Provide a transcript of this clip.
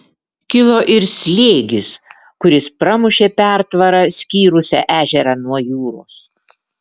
kilo ir slėgis kuris pramušė pertvarą skyrusią ežerą nuo jūros